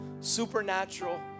supernatural